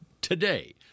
today